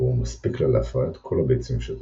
והוא מספיק לה להפריית כל הביצים שתטיל.